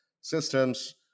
systems